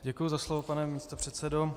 Děkuji za slovo, pane místopředsedo.